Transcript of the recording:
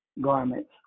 garments